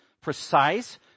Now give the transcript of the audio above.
precise